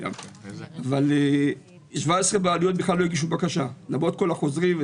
אבל 17 בעלויות בכלל לא הגישו בקשה למרות כל החוזים.